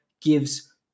gives